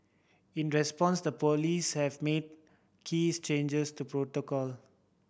in response the police have made keys changes to protocol